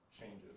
changes